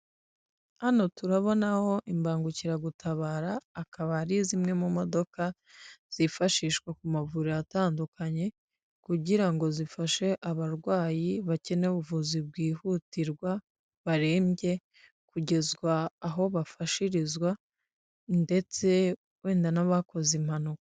Hano turabonaho imbangukiragutabara, akaba ari zimwe mu modoka zifashishwa ku mavuriro atandukanye kugira ngo zifashe abarwayi bakeneye ubuvuzi bwihutirwa, barembye, kugezwa aho bafashirizwa ndetse wenda n'abakoze impanuka.